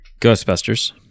Ghostbusters